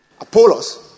Apollos